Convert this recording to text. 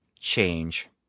change